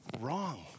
wrong